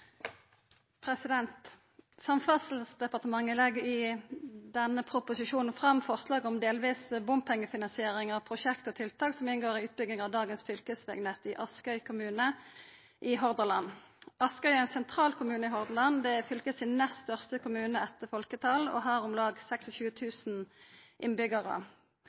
tiltak som inngår i utbygging av dagens fylkesvegnett i Askøy kommune i Hordaland. Askøy er ein sentral kommune i Hordaland. Det er fylket sin nest største kommune etter folketal og har om lag